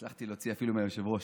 הצלחתי להוציא אפילו מהיושב-ראש,